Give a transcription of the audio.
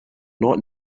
not